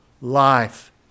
life